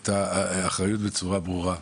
את האחריות בצורה ברורה.